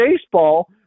baseball